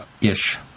ish